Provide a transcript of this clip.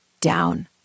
down